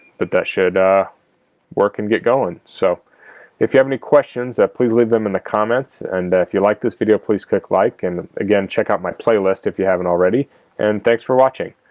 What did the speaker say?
but that should work and get going so if you have any questions that please leave them in the comments, and if you like this video please click like and again check out my playlist if you haven't already and thanks for watching.